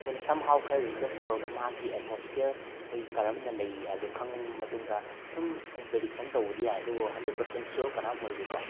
ꯑꯩꯈꯣꯏꯅ ꯁꯝ ꯍꯥꯎ ꯈꯔ ꯔꯤꯁ꯭ꯔ꯭ꯁ ꯇꯧꯔꯒ ꯃꯍꯥꯛꯀꯤ ꯑꯦꯠꯃꯣꯁꯐꯤꯌꯔ ꯑꯩꯈꯣꯏꯒꯤ ꯀꯔꯝꯅ ꯂꯩꯔꯤ ꯍꯥꯏꯕꯗꯨ ꯈꯪꯉꯕ ꯃꯇꯨꯡꯗ ꯁꯨꯝ ꯑꯩꯈꯣꯏꯅ ꯄ꯭ꯔꯦꯗꯤꯛꯁꯟ ꯇꯧꯕꯗꯤ ꯌꯥꯏ ꯑꯗꯨꯕꯨ ꯍꯟꯗ꯭ꯔꯦꯠ ꯄꯔꯁꯦꯟ ꯁꯤꯌꯣꯔ ꯀꯅꯥꯝ ꯑꯣꯏꯗꯦꯀꯣ